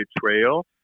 betrayal